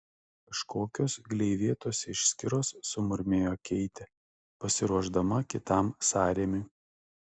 kažkokios gleivėtos išskyros sumurmėjo keitė pasiruošdama kitam sąrėmiui